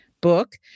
book